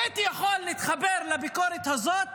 הייתי יכול להתחבר לביקורת הזאת